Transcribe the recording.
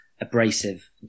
abrasive